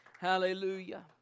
hallelujah